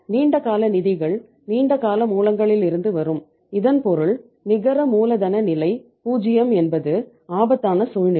நீண்ட கால நிதிகள் நீண்ட கால மூலங்களிலிருந்து வரும் இதன் பொருள் நிகர மூலதன நிலை 0 என்பது ஆபத்தான சூழ்நிலை